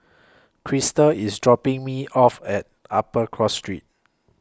Krista IS dropping Me off At Upper Cross Street